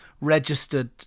registered